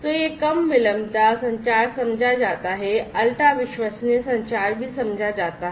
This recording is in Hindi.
तो यह कम latency संचार समझा जाता है अल्ट्रा विश्वसनीय संचार भी समझा जाता है